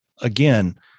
again